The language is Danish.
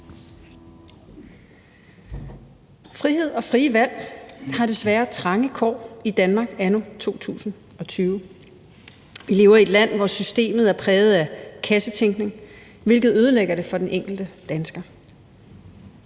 Frihed og frie valg har desværre trange kår i Danmark anno 2021. Vi lever i et land, hvor systemet er præget af kassetænkning, hvilket ødelægger det for den enkelte dansker.